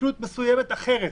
הסתכלות מסוימת אחרת